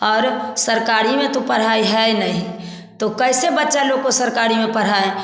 और सरकारी में तो पढ़ाई है नहीं तो कैसे बच्चा लोग को सरकारी में पढ़ाएँ